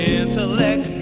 intellect